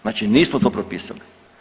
Znači nismo to propisali.